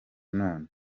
none